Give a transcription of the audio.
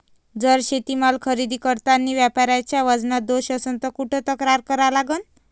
जर शेतीमाल खरेदी करतांनी व्यापाऱ्याच्या वजनात दोष असन त कुठ तक्रार करा लागन?